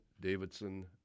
davidson